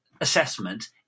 assessment